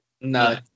No